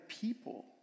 people